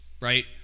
right